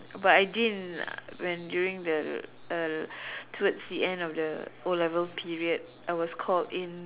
but I didn't when during the uh towards the end of the O-level period I was called in